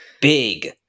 big